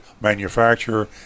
manufacturer